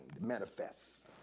manifests